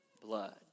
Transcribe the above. blood